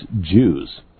Jews